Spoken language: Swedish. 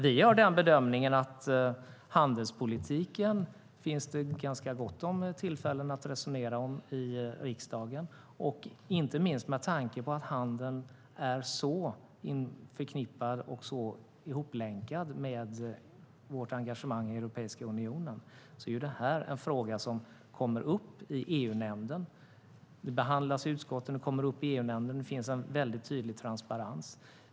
Vi gör den bedömningen att det finns ganska gott om tillfällen att resonera om handelspolitiken i riksdagen. Inte minst med tanke på att handeln är så förknippat och så länkat med vårt engagemang i Europeiska unionen är ju det här en fråga som behandlas i utskotten och kommer upp i EU-nämnden. Det finns en väldigt tydlig transparens.